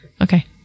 okay